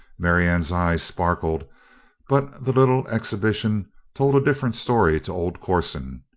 marianne's eyes sparkled but the little exhibition told a different story to old corson.